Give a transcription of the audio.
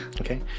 Okay